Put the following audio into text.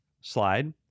slide